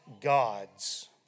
gods